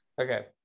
Okay